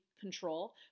control